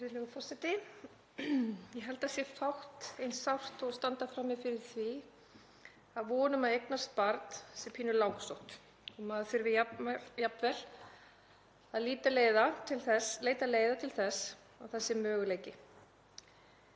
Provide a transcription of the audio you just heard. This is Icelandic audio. Virðulegur forseti. Ég held að það sé fátt eins sárt og að standa frammi fyrir því að von um að eignast barn sé pínu langsótt, að maður þurfi jafnvel að leita leiða til þess að það sé möguleiki.